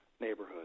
neighborhood